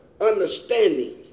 understanding